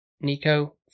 Nico